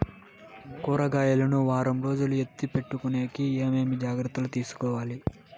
కూరగాయలు ను వారం రోజులు ఎత్తిపెట్టుకునేకి ఏమేమి జాగ్రత్తలు తీసుకొవాలి?